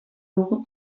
dugu